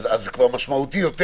זה כבר יותר משמעותי.